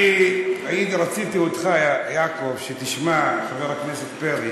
אני רציתי אותך, יעקב, שתשמע, חבר הכנסת פרי: